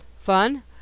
Fun